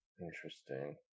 Interesting